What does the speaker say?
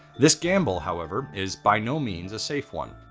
this gamble, however, is by no means a safe one.